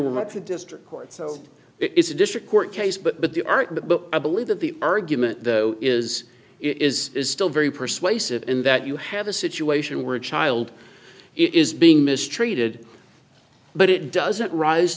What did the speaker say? the district court so it's a district court case but they aren't but i believe that the argument though is it is still very persuasive in that you have a situation where a child is being mistreated but it doesn't rise